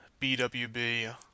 BWB